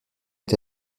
est